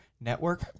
network